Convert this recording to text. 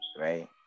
right